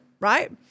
right